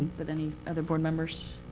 but any other board members?